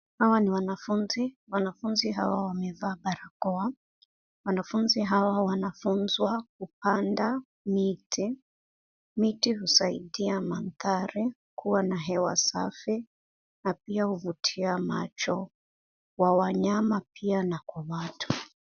Hawa ni wanafunzi. Wanafunzi hawa wamevaa barakoa. Wanafunzi hawa wanafunzwa kupanda miti. Miti husaidia mandhari kuwa na hewa safi na pia huvutia macho kwa wanyama pia na kwa watu.